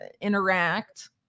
interact